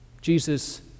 Jesus